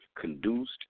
conduced